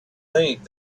think